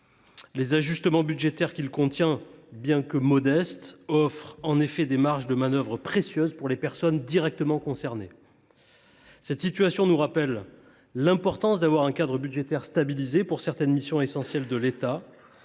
Les ajustements budgétaires qu’il prévoit, bien que modestes, offrent en effet des marges de manœuvre précieuses pour les personnes directement concernées. Cette situation nous rappelle l’importance de disposer d’un cadre budgétaire stable pour certaines missions essentielles de l’État